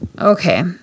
Okay